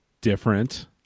different